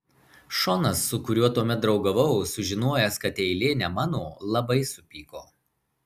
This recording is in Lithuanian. šonas su kuriuo tuomet draugavau sužinojęs kad eilė ne mano labai supyko